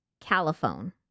Caliphone